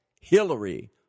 Hillary